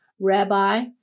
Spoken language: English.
Rabbi